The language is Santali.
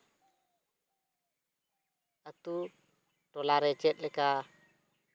ᱟᱹᱛᱩ ᱴᱚᱞᱟ ᱨᱮ ᱪᱮᱫᱞᱮᱠᱟ